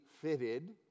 fitted